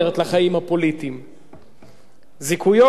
זיכויו בשניים משלושה כתבי-אישום, זה עניין משפטי,